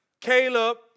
Caleb